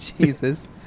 Jesus